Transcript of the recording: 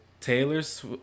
Taylor's